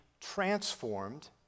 transformed